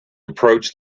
approached